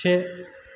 से